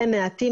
הם מעטים,